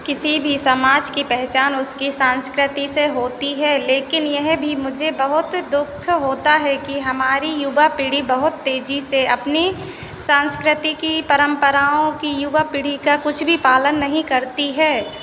किसी भी समाज की पहचान उसकी संस्कृति से होती है लेकिन यह भी मुझे बहुत दुख होता है कि हमारी युवा पीढ़ी बहुत तेजी से अपनी संस्कृती की परम्पराओं की युवा पीढ़ी का कुछ भी पालन नहीं करती है